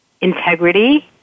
integrity